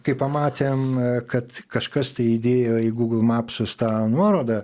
kai pamatėm kad kažkas tai įdėjo į gūgl mapsus tą nuorodą